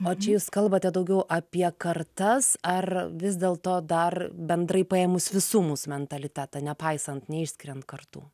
o čia jūs kalbate daugiau apie kartas ar vis dėl to dar bendrai paėmus visų mūsų mentalitetą nepaisant neišskiriant kartų